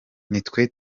nitwe